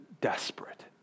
desperate